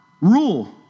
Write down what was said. rule